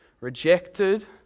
rejected